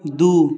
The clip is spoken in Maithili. दू